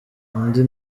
undi